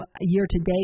year-to-date